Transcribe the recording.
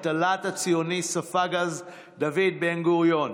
את הלהט הציוני ספג דוד בן-גוריון